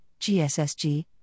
GSSG